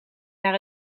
naar